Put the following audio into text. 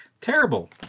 Terrible